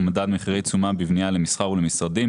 מדד מחירי תשומה בבנייה למסחר ולמשרדים,